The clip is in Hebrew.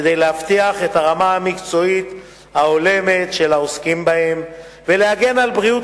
כדי להבטיח את הרמה המקצועית ההולמת של העוסקים בהם ולהגן על בריאות